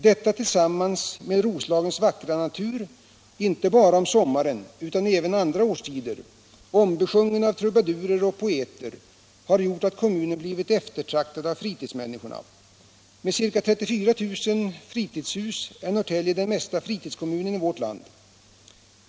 Detta tillsammans med Roslagens vackra natur, inte bara om sommaren utan även under andra årstider, besjungen av trubadurer och poeter, har gjort att kommunen blivit eftertraktad av fritidsmänniskorna. Med sina ca 34 000 fritidshus är Norrtälje den mest utpräglade fritidskommunen i vårt land.